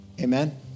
Amen